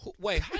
Wait